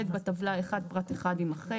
(ב) בטבלה (1) פרט (1) יימחק.